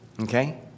Okay